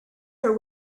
her